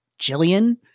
Jillian